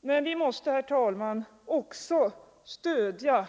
Men vi måste, herr talman, också stödja